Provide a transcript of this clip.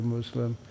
Muslim